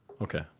Okay